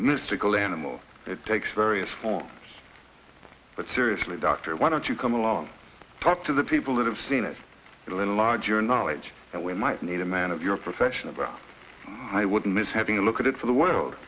mystical animal it takes various forms but seriously dr why don't you come along talk to the people that have seen it a little larger knowledge that we might need a man of your profession about i wouldn't miss having a look at it for the world